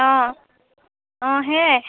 অঁ অঁ সেয়াই